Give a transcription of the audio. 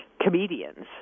comedians